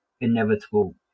inevitable